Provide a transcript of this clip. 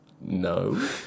No